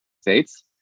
states